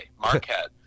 marquette